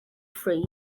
free